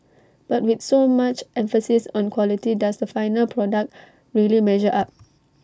but with so much emphasis on quality does the final product really measure up